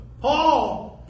Paul